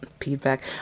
feedback